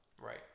Right